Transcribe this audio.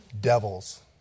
devils